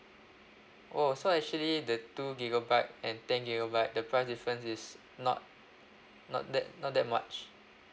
oh so actually the two gigabyte and ten gigabyte the price difference is not not that not that much